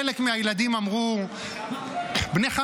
חלק מהילדים אמרו --- בני כמה?